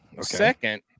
Second